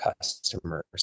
customers